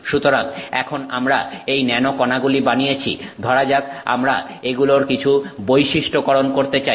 সুতরাং এখন আমরা এই ন্যানো কণাগুলি বানিয়েছি ধরা যাক আমরা এগুলোর কিছু বৈশিষ্ট্যকরণ করতে চাই